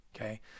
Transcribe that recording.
okay